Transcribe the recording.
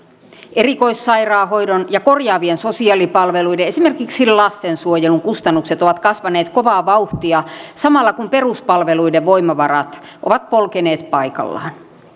erikoissairaanhoidon ja korjaavien sosiaalipalveluiden esimerkiksi lastensuojelun kustannukset ovat kasvaneet kovaa vauhtia samalla kun peruspalveluiden voimavarat ovat polkeneet paikallaan